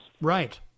Right